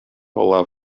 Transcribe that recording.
olaf